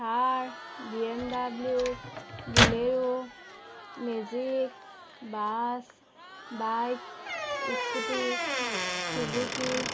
Thar BMW bolero magic bus bike scooty Suzuki